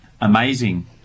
amazing